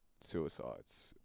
suicides